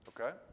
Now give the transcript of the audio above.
Okay